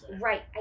right